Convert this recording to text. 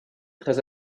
très